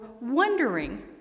wondering